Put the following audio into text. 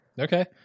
Okay